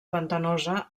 pantanosa